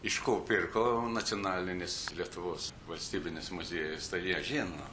iš ko pirko nacionalinis lietuvos valstybinis muziejus tai jie žino